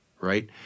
right